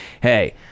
hey